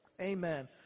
Amen